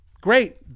great